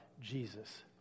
Jesus